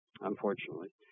unfortunately